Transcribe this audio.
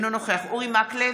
אינו נוכח אורי מקלב,